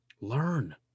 Learn